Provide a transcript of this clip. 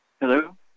Hello